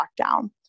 lockdown